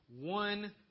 one